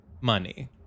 money